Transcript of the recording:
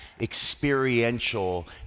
experiential